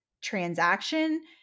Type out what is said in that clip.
transaction